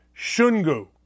Shungu